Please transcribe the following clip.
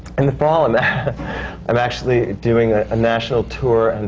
in the fall, and i'm actually doing a national tour, and